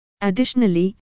Additionally